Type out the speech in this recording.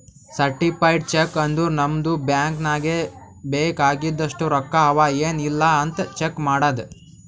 certified cheque ಅಂದುರ್ ನಮ್ದು bank ನಾಗ್ ಬೇಕ್ ಆಗಿದಷ್ಟು ರೊಕ್ಕಾ ಅವಾ ಎನ್ ಇಲ್ಲ್ ಅಂತ್ ಚೆಕ್ ಮಾಡದ್